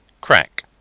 CRACK